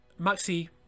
Maxi